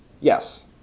Yes